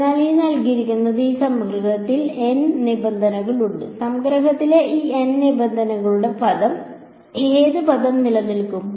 അതിനാൽ ഈ സംഗ്രഹത്തിൽ N നിബന്ധനകൾ ഉണ്ട് സംഗ്രഹത്തിലെ ഈ N നിബന്ധനകളുടെ ഏത് പദം നിലനിൽക്കും